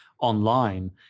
online